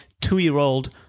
two-year-old